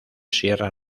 sierra